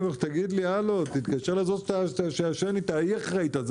אמרתי לו: תתקשר לזו שאתה ישן איתה היא אחראית על זה.